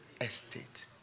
estate